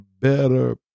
better